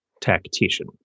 tactician